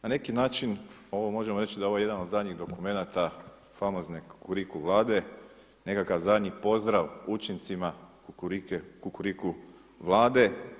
Na neki način ovo možemo reći da je ovo jedan od zadnjih dokumenata famozne Kukuriku vlade, nekakav zadnji pozdrav učincima Kukuriku vlade.